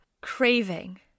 craving